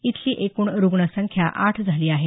इथली एकूण रुग्ण संख्या आठ झाली आहे